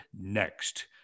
next